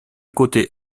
côté